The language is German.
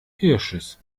hirsches